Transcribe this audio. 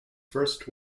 first